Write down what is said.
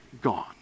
gone